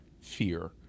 fear